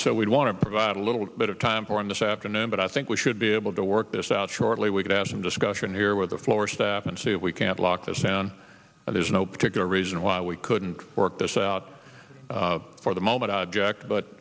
so we want provide a little bit of time for him this afternoon but i think we should be able to work this out shortly we could add some discussion here with the floor staff and see if we can't lock us down there's no particular reason why we couldn't work this out for the